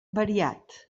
variat